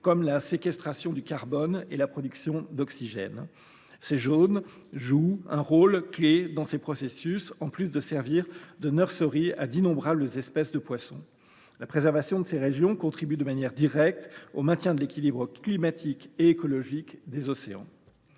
comme la séquestration du carbone et la production d’oxygène. Ces zones jouent un rôle clé dans ces processus, en plus de servir de nurserie à d’innombrables espèces de poissons. La préservation de ces régions contribue de manière directe au maintien de l’équilibre climatique et écologique des océans.